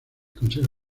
consejo